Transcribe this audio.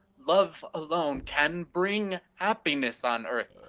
love alone can bring happiness on earth,